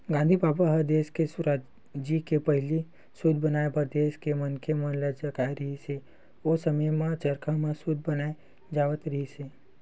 गांधी बबा ह देस के सुराजी के पहिली सूत बनाए बर देस के मनखे मन ल जगाए रिहिस हे, ओ समे म चरखा म सूत बनाए जावत रिहिस हे